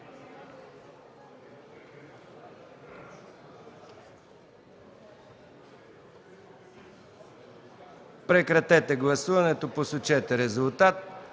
Прекратете гласуването, посочете резултат.